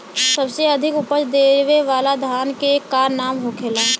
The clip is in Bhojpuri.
सबसे अधिक उपज देवे वाला धान के का नाम होखे ला?